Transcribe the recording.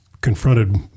confronted